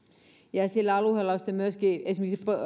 ja sillä alueella myöskin esimerkiksi